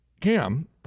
Cam